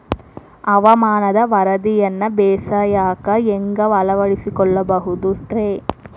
ಹವಾಮಾನದ ವರದಿಯನ್ನ ಬೇಸಾಯಕ್ಕ ಹ್ಯಾಂಗ ಅಳವಡಿಸಿಕೊಳ್ಳಬಹುದು ರೇ?